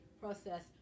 process